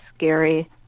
scary